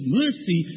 mercy